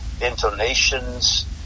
Intonations